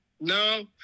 No